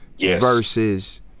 versus